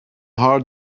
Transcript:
hard